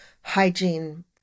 hygiene